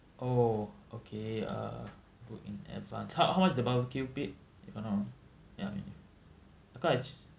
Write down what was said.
oh okay uh book in advance how how much the barbecue pit if I'm not wrong ya